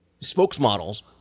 spokesmodels